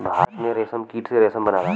भारत में रेशमकीट से रेशम बनला